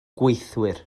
gweithwyr